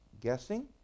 guessing